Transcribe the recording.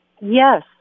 Yes